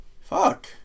fuck